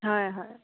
হয় হয়